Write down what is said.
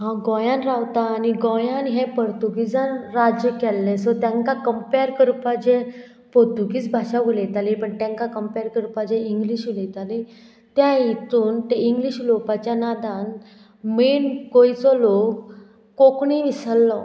हांव गोंयान रावता आनी गोंयान हें पुर्तुगीजान राज्य केल्लें सो तेंकां कंपेर करपा जें पोर्तुगीज भाशा उलयतालीं पण तेंकां कंपेर करपा जें इंग्लीश उलयताली त्या हितून तें इंग्लीश उलोवपाच्या नादान मेन गोंयचो लोक कोंकणी विसरलो